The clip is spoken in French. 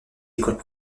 écoles